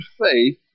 faith